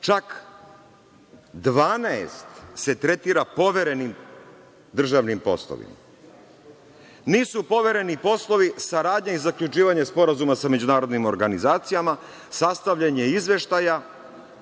čak 12 se tretira poverenim državnim poslovima. Nisu povereni poslovi saradnja i zaključivanje sporazuma sa međunarodnim organizacijama, sastavljanje izveštaja,